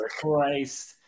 Christ